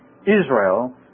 Israel